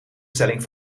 stelling